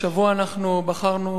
השבוע אנחנו בחרנו,